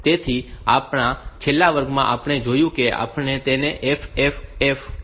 તેથી આપણા છેલ્લા વર્ગમાં આપણે જોયું કે આપણે તેને FFFF હેક્સ માં પ્રારંભ કરીએ છીએ